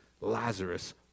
Lazarus